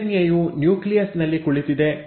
DNA ಯು nucleus ನಲ್ಲಿ ಕುಳಿತಿದೆ